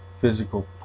physical